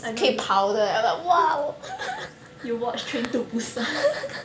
I know I know you watch train to busan